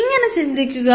ഇങ്ങനെ ചിന്തിക്കുക